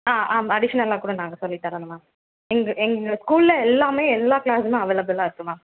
ஆ ஆமாம் அடிஷ்னலாக கூட நாங்கள் சொல்லித் தர்றோம்ங்க மேம் எங்கள் எங்கள் ஸ்கூலில் எல்லாமே எல்லா கிளாஸுமே அவைலபிளாக இருக்குது மேம்